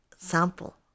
sample